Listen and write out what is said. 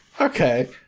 Okay